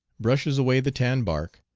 brushes away the tan bark,